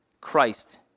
Christ